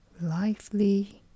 Lively